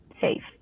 safe